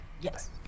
Yes